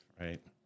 right